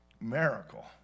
miracle